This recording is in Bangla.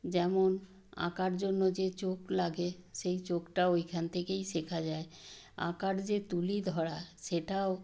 যেমন আঁকার জন্য যে চোখ লাগে সেই চোখটা ওইখান থেকেই শেখা যায় আঁকার যে তুলি ধরা সেটাও